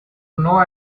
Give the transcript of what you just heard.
know